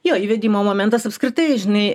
jo įvedimo momentas apskritai žinai